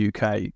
uk